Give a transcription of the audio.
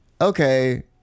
okay